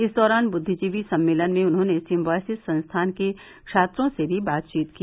इस दौरान बुद्विजीवी सम्मेलन में उन्होंने सिम्बोयसिस संस्थान के छात्रों से भी बातचीत की